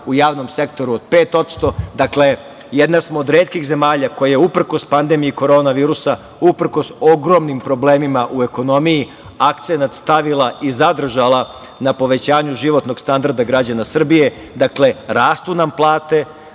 u javnom sektoru od 5%, dakle, jedna smo od retkih zemalja koja uprkos pandemiji korona virusa, uprkos ogromnim problemima u ekonomiji, akcenat stavila i zadržala na povećanju životnog standarda građana Srbije. Dakle, rastu nam plate,